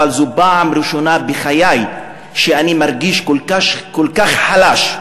אבל זו פעם ראשונה בחיי שאני מרגיש כל כך חלש,